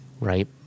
right